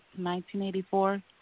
1984